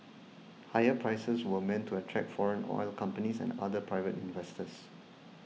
higher prices were meant to attract foreign oil companies and other private investors